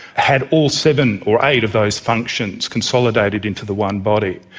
had all seven or eight of those functions consolidated into the one body.